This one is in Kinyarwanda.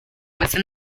bwose